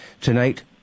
Tonight